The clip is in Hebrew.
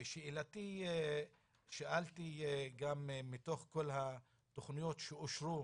שאלתי גם מתוך כל התכניות שאושרו